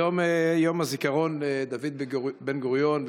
היום הוא יום הזיכרון לדוד בן-גוריון,